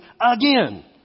again